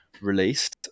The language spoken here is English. released